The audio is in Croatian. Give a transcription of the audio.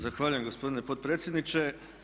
Zahvaljujem gospodine potpredsjedniče.